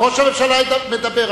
ראש הממשלה מדבר.